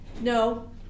no